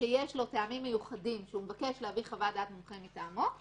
שיש לו טעמים מיוחדים לכך שהוא מבקש להביא חוות דעת מומחים מטעמו,